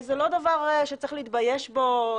זה לא דבר שצריך להתייבש בו,